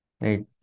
right